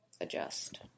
adjust